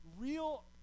real